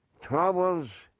troubles